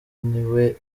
niwe